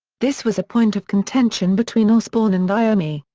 this was a point of contention between osbourne and iommi.